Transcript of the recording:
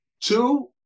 Two